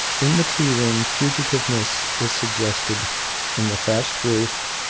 in the tea-room fugitiveness is suggested in the thatched roof,